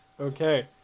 Okay